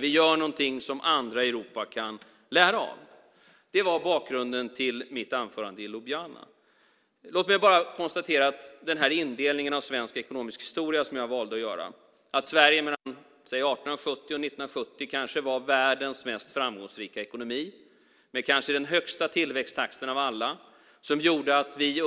Vi gör något som andra i Europa kan lära av, och det var bakgrunden till mitt anförande i Ljubljana. Låt mig bara konstatera att den indelning av svensk ekonomisk historia som jag valde att göra, det vill säga att Sverige mellan 1870 och 1970 kanske var världens mest framgångsrika ekonomi med den kanske högsta tillväxttakten av alla vilket gjorde att vi vid